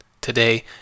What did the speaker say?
today